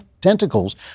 tentacles